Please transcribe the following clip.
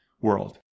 world